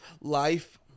life